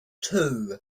two